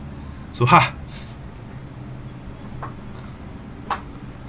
so ha